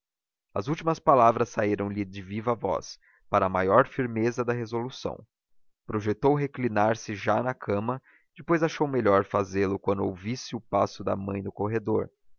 as últimas palavras saíram lhe de viva voz para maior firmeza da resolução projetou reclinar se já na cama depois achou melhor fazê-lo quando ouvisse o passo da mãe no corredor